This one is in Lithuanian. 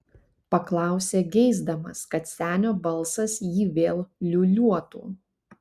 paklausė geisdamas kad senio balsas jį vėl liūliuotų